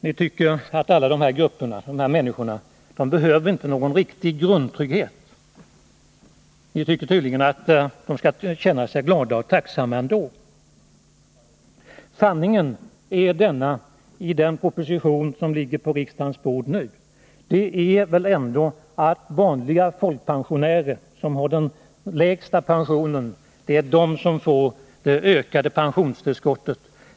Ni tycker att alla dessa människor inte behöver någon riktig grundtrygg Besparingar i het. Ni tycker tydligen att de skall känna sig glada och tacksamma ändå. statsverksamheten, Sanningen är att enligt den proposition som ligger på riksdagens bord nu m.m. skall vanliga folkpensionärer som har den lägsta pensionen, få det ökade pensionstillskottet.